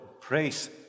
Praise